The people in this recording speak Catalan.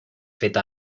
feta